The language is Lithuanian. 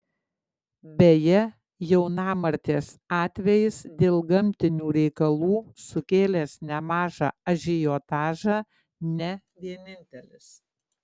beje jaunamartės atvejis dėl gamtinių reikalų sukėlęs nemažą ažiotažą ne vienintelis